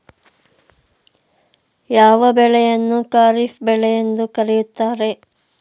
ಯಾವ ಬೆಳೆಯನ್ನು ಖಾರಿಫ್ ಬೆಳೆ ಎಂದು ಕರೆಯುತ್ತಾರೆ?